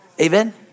Amen